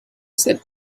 said